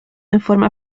informa